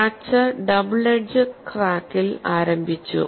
fracture double edge ക്രാക്കിൽ ആരംഭിച്ചു